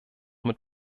mit